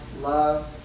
love